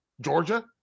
Georgia